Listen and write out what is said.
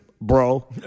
bro